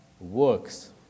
works